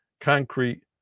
concrete